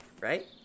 Right